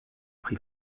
prix